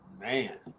Man